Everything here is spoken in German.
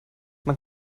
man